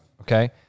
okay